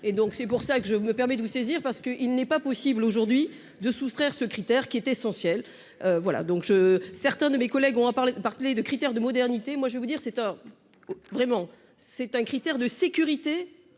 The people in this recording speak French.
et donc c'est pour ça que je me permets de vous saisir parce que il n'est pas possible aujourd'hui de soustraire ce critère qui est essentiel, voilà donc je certains de mes collègues, on a parlé par de critères de modernité, moi je vais vous dire vraiment, c'est un critère de sécurité